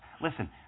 Listen